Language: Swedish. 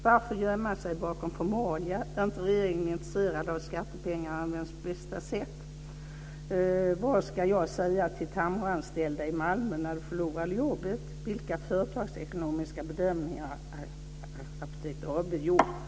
Varför gömma sig bakom formalia? Är inte regeringen intresserad av att skattepengar används på bästa sätt? Vad ska jag säga till de Tamroanställda i Malmö när de förlorar jobbet? Vilka företagsekonomiska bedömningar har Apoteket AB gjort?